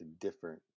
different